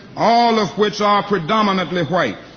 all of which are predominantly white.